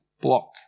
block